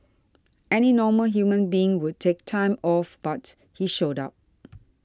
any normal human being would take time off but he showed up